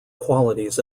qualities